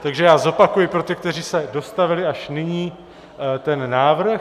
Takže já zopakuji pro ty, kteří se dostavili až nyní, ten návrh.